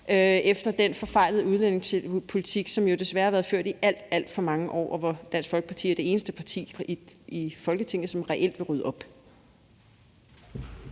efter den forfejlede udlændingepolitik, som desværre har været ført i alt, alt for mange år, og hvor Dansk Folkeparti er det eneste parti i Folketinget, som reelt vil rydde op.